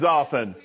often